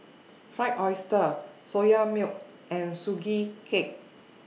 Fried Oyster Soya Milk and Sugee Cake